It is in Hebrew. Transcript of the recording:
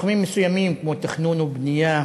בתחומים מסוימים, כמו תכנון ובנייה